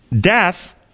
death